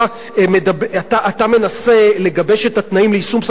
ואתה מנסה לגבש את התנאים ליישום פסק-הדין,